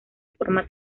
forma